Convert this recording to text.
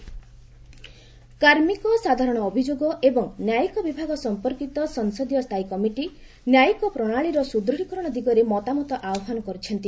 ପାର୍ଲ panel କାର୍ମିକ ସାଧାରଣ ଅଭିଯୋଗ ଏବଂ ନ୍ୟାୟିକ ବିଭାଗ ସମ୍ପର୍କିତ ସଂସଦୀୟ ସ୍ଥାୟୀ କମିଟି ନ୍ୟାୟିକ ପ୍ରଶାଳୀର ସୁଦୃଢ଼ୀକରଣ ଦିଗରେ ମତାମତ ଆହ୍ୱାନ କରିଛନ୍ତି